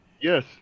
Yes